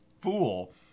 fool